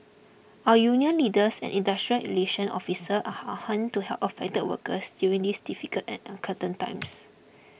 our union leaders and industrial relations officers are on hand to help affected workers during these difficult and uncertain times